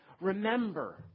remember